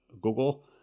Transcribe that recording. Google